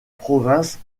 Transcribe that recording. province